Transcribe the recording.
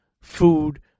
food